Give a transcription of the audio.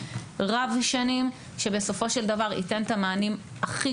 רב שנים שבסופו של דבר ייתן את המענים הכי